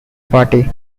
party